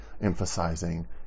emphasizing